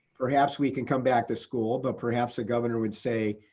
perhaps we can come back to school, but perhaps a governor would say,